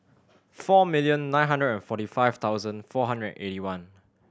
four million nine hundred and forty five thousand four hundred and eighty one